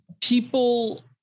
people